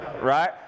right